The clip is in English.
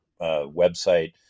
website